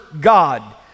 God